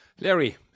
larry